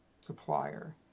supplier